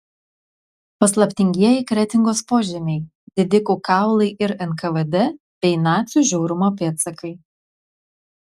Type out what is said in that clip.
paslaptingieji kretingos požemiai didikų kaulai ir nkvd bei nacių žiaurumo pėdsakai